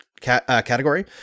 category